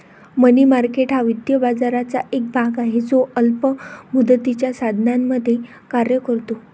मनी market हा वित्तीय बाजाराचा एक भाग आहे जो अल्प मुदतीच्या साधनांमध्ये कार्य करतो